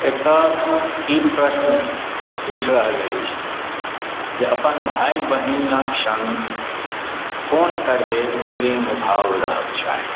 एतय ई प्रश्न उठि रहल अछि जे अपन भाय बहिनक सङ्ग कोन तरहे प्रेम भाव रहक चाही